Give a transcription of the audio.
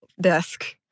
desk